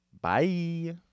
Bye